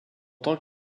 tant